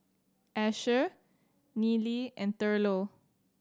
Asher Nealie and Thurlow